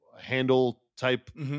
handle-type